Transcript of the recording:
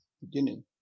beginning